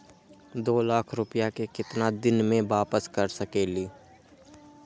दो लाख रुपया के केतना दिन में वापस कर सकेली?